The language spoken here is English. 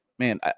man